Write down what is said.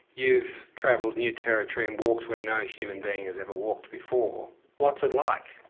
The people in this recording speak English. you've travelled new territory and walked where no human being has ever walked before what's it like?